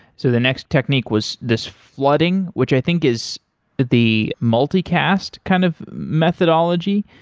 so the next technique was this flooding, which i think is the multicast kind of methodology.